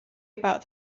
about